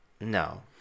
No